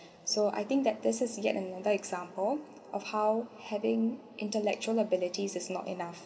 so I think that this is yet another example of how having intellectual abilities is not enough